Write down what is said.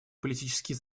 политические